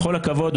בכל הכבוד,